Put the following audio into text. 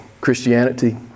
Christianity